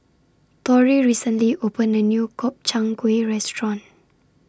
Torrey recently opened A New Gobchang Gui Restaurant